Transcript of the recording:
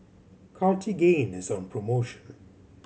Cartigain is on promotion